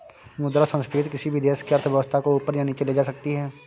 मुद्रा संस्फिति किसी भी देश की अर्थव्यवस्था को ऊपर या नीचे ले जा सकती है